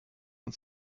und